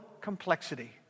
complexity